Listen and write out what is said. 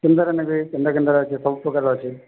କେନ୍ତାଟା ନେବେ କେନ୍ତା କେନ୍ତା ଅଛି ସବୁ ପ୍ରକାରର ଅଛି